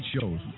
shows